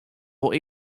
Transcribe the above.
wol